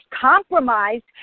compromised